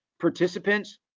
participants